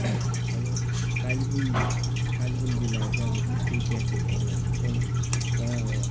अब कालेबुङ कालेबुङ जिल्लाले चाहिँ अब त्यस्तो इतिहासहरू त मलाई थाहा छैन तर अब